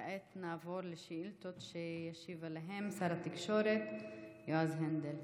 כעת נעבור לשאילתות שישיב עליהן שר התקשורת יועז הנדל.